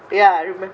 ya